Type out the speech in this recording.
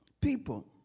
people